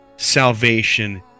salvation